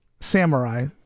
samurai